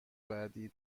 بعدی